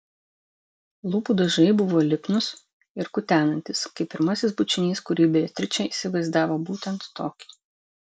lūpų dažai buvo lipnūs ir kutenantys kaip pirmasis bučinys kurį beatričė įsivaizdavo būtent tokį